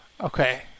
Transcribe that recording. Okay